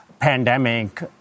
pandemic